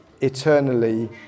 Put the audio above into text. eternally